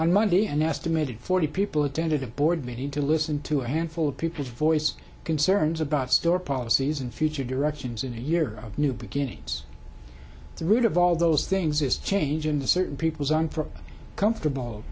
on monday an estimated forty people attended a board meeting to listen to a handful of people's voice concerns about store policies and future directions in a year of new beginnings the root of all those things is changing to certain people's own for comfortable